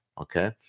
Okay